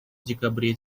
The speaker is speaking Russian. декабре